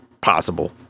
possible